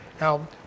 Now